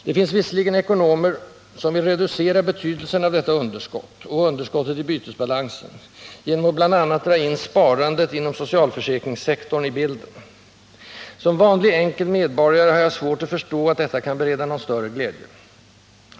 Det finns visserligen ekonomer, som vill reducera betydelsen av detta underskott och av underskottet i bytesbalansen, genom att bl.a. dra in sparandet inom socialförsäkringssektorn i bilden. Som vanlig enkel medborgare har jag svårt att förstå att detta kan bereda någon större glädje.